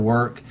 Work